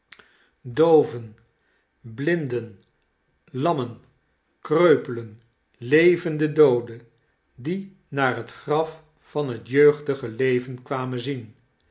dooven blinden lammen kreupelen levende dooden die naar het graf van net jeugdige leven kwamen zien